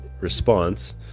response